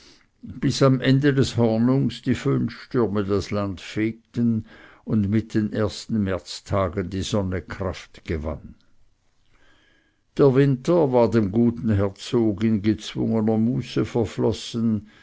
bis am ende des hornungs die föhnstürme das land fegten und mit den ersten märztagen die sonne krad gewann der winter war dem guten herzog in gezwungener muße verflossen